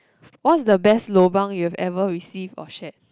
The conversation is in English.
what is the best lobang you have ever received or shared